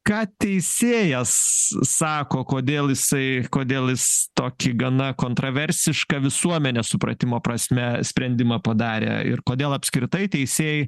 ką teisėjas sako kodėl jisai kodėl jis tokį gana kontroversišką visuomenės supratimo prasme sprendimą padarė ir kodėl apskritai teisėjai